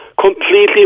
completely